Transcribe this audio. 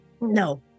No